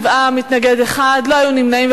שבעה בעד, מתנגד אחד, לא היו נמנעים.